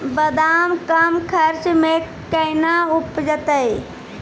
बादाम कम खर्च मे कैना उपजते?